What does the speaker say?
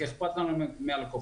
כי אכפת לנו מהלקוחות.